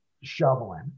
shoveling